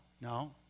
no